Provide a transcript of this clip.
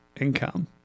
income